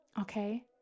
okay